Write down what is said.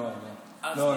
לא,